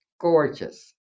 gorgeous